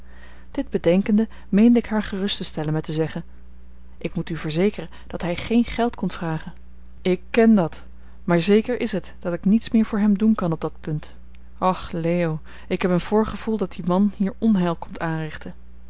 dit bedenkende meende ik haar gerust te stellen met te zeggen ik moet u verzekeren dat hij geen geld komt vragen ik ken dat maar zeker is het dat ik niets meer voor hem doen kan op dat punt och leo ik heb een voorgevoel dat die man hier onheil komt aanrichten